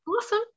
Awesome